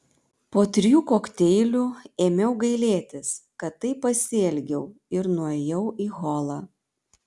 po trijų kokteilių ėmiau gailėtis kad taip pasielgiau ir nuėjau į holą